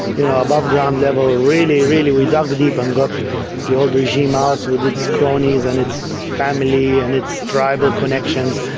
you know, above ground level. really, really we dug deep and got the old regime out with its cronies and its family and its tribal connections.